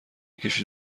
کشید